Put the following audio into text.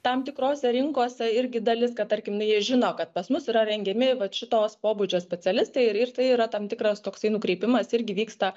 tam tikrose rinkose irgi dalis kad tarkim jie žino kad pas mus yra rengiami vat šitos pobūdžio specialistai ir ir tai yra tam tikras toksai nukreipimas irgi vyksta